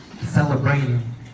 celebrating